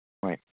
ꯍꯣꯏ